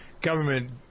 government